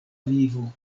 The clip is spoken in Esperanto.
vivo